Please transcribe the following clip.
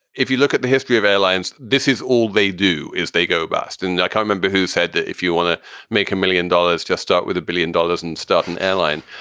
if you look at the history of airlines, this is all they do is they go bust. and remember who said that if you want to make a million dollars, just start with a billion dollars and start an airline.